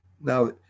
Now